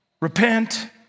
repent